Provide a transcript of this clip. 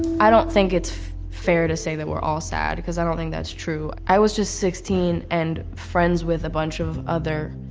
i don't think it's fair to say that we're all sad because i don't think that's true. i was just sixteen and friends with a bunch of other,